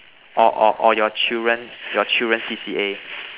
or or or your children your children C_C_A